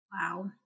Wow